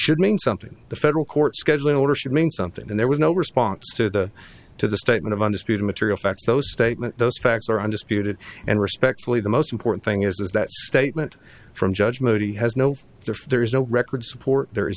should mean something the federal court scheduling order should mean something and there was no response to the to the statement of undisputed material facts no statement those facts are undisputed and respectfully the most important thing is that statement from judge modi has no therefore there is no record support there is